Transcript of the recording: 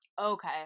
okay